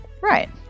Right